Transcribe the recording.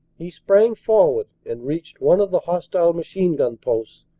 he sprang forward and reached one of the hostile machine-gun posts,